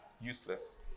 useless